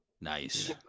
Nice